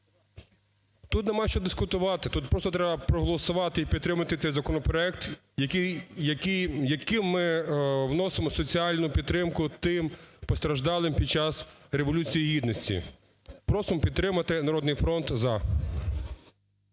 тут немає що дискутувати, тут просто треба проголосувати і підтримати цей законопроект, яким ми вносимо соціальну підтримку тим постраждалим під час Революції Гідності. Просимо підтримати. "Народний фронт" "за".